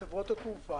החמות,